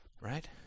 Right